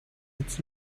its